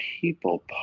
people